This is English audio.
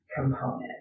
component